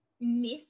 miss